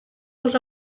els